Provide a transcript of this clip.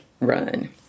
run